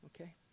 okay